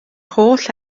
holl